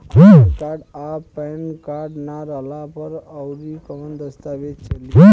आधार card आ PAN card ना रहला पर अउरकवन दस्तावेज चली?